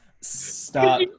stop